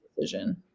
decision